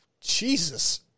jesus